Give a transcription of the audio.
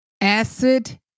Acid